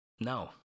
no